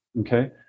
Okay